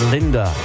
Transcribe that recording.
linda